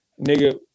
nigga